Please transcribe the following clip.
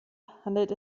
handelt